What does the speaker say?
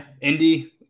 Indy